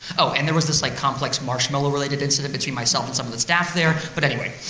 so and there was this like complex marshmallow-related incident between myself and some of the staff there, but anyway.